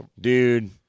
dude